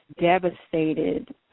devastated